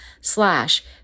slash